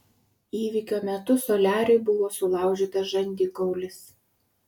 įvykio metu soliariui buvo sulaužytas žandikaulis